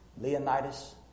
Leonidas